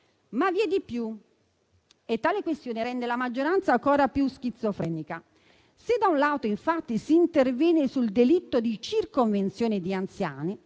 Vi è di più, però, e tale circostanza rende la maggioranza ancora più schizofrenica. Se da un lato, infatti, si interviene sul delitto di circonvenzione di anziani,